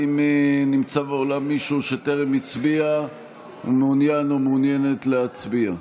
האם נמצא באולם מישהו שטרם הצביע ומעוניין או מעוניינת להצביע?